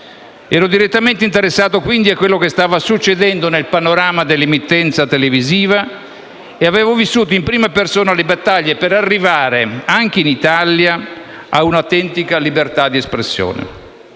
Ero direttamente interessato, quindi, a quello che stava succedendo nel panorama dell'emittenza televisiva e avevo vissuto in prima persona le battaglie per arrivare, anche in Italia, a un'autentica libertà di espressione: